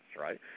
right